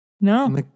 No